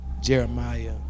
Jeremiah